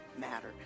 matter